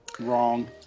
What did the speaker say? Wrong